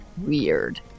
weird